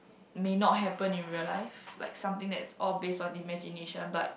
may not happened in real life like something that's all based on imagination but